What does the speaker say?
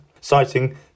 citing